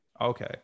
okay